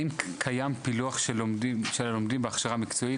האם קיים פילוח של הלומדים בהכשרה מקצועית,